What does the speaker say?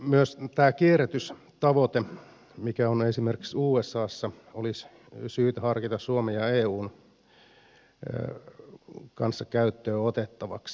myös tätä kierrätystavoitetta mikä on esimerkiksi usassa olisi syytä harkita suomen ja eun kanssa käyttöön otettavaksi